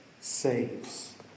saves